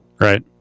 Right